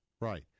Right